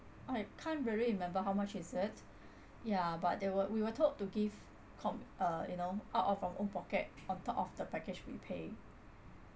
I can't really remember how much is it ya but they were we were told to give com~ uh you know out of our own pocket on top of the package we pay